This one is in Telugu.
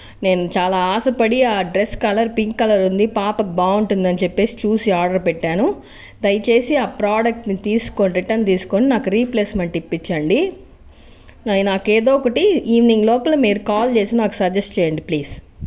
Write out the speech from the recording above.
చాలా ఆశపడి ఆ డ్రెస్ కలర్ పింక్ కలర్ ఉంది పాపకి బాగుంటుంది అని చెప్పి చూసి ఆర్డర్ పెట్టాను దయచేసి ఆ ప్రోడక్ట్ని తీసుకోని రిటర్న్ తీసుకుని నాకు రీప్లేస్మెంట్ ఇప్పించండి అది నాకు ఏదో ఒకటి ఈవినింగ్ లోపల మీరు నాకు కాల్ చేసి సజష్ చేయండి ప్లీజ్